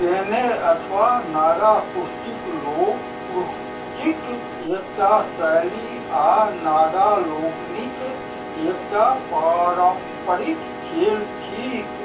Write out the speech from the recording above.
केने अथवा नागाकुष्टिक लोक पुस्तिक एकटा शैली आ नागालोकनिक एकटा पारम्परिक खेल थीक